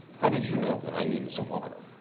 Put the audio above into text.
how did you know that i needed some water?